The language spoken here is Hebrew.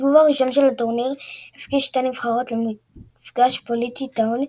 הסיבוב הראשון של הטורניר הפגיש שתי נבחרות למפגש פוליטי טעון,